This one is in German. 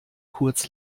kurz